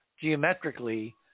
geometrically